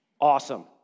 Awesome